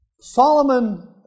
Solomon